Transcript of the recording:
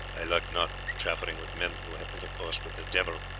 i like not chaffering with men who have intercourse with the devil,